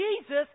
Jesus